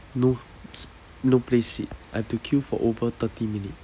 no no place sit I had to queue for over thirty minute